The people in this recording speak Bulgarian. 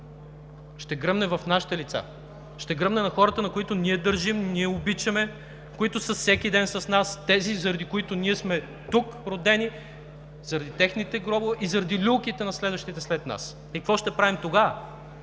Ще гръмне в нашите лица, ще гръмне на хората, на които ние държим, ние обичаме, които всеки ден са с нас – тези, заради които тук сме родени, заради техните гробове и заради люлките на следващите след нас. Какво ще правим тогава